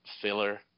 filler